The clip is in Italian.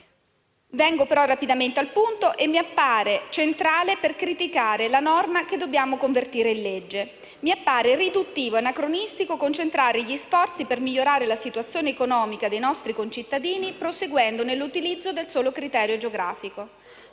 Vengo ora rapidamente al punto che mi appare centrale per criticare la norma che dobbiamo convertire in legge. Mi appare riduttivo e anacronistico concentrare gli sforzi per migliorare la situazione economica dei nostri concittadini proseguendo nell'utilizzo del solo criterio geografico.